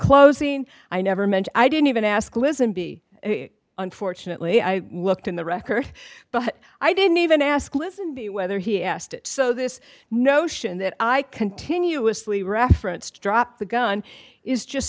closing i never meant i didn't even ask lisanby unfortunately i looked in the record but i didn't even ask lisanby whether he asked it so this notion that i continuously referenced drop the gun is just